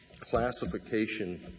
classification